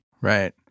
Right